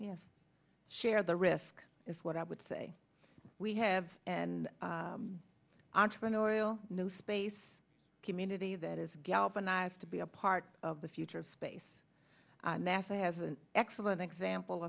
yes share the risk is what i would say we have an entrepreneurial new space community that is galvanized to be a part of the future of space nasa has an excellent example